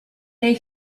they